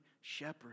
shepherd